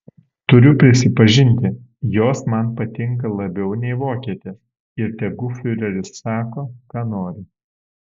turiu prisipažinti jos man patinka labiau nei vokietės ir tegu fiureris sako ką nori